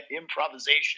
improvisation